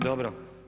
Dobro.